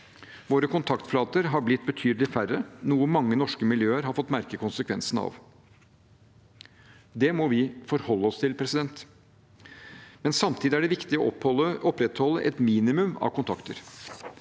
Våre kontaktflater har blitt betydelig færre, noe mange norske miljøer har fått merke konsekvensene av. Det må vi forholde oss til. Samtidig er det viktig å opprettholde et minimum av kontakter.